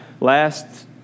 Last